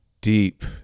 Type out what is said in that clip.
deep